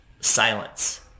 silence